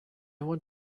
want